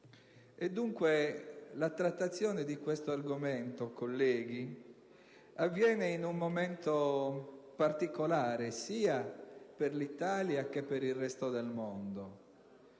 E dunque, la trattazione di questo argomento, colleghi, avviene in un momento particolare, sia per l'Italia che per il resto del mondo.